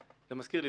זה מזכיר לי,